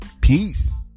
peace